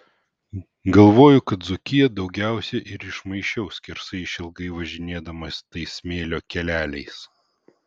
galvoju kad dzūkiją daugiausiai ir išmaišiau skersai išilgai važinėdamas tais smėlio keleliais